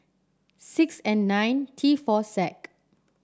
six N nine T four Z